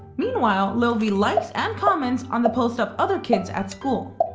meanwhile, little vee likes and comments on the posts of other kids at school.